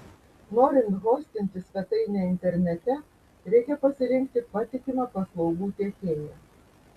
norint hostinti svetainę internete reikia pasirinkti patikimą paslaugų teikėją